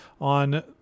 on